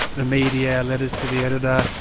the media, letters to the editor,